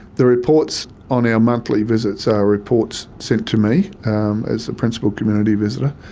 the reports on our monthly visits are reports sent to me as the principal community visitor.